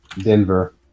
Denver